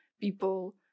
people